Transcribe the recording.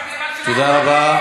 תודה רבה.